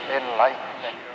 enlightenment